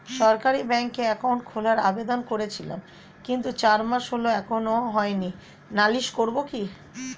সরকারি ব্যাংকে একাউন্ট খোলার আবেদন করেছিলাম কিন্তু চার মাস হল এখনো হয়নি নালিশ করব কি?